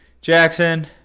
Jackson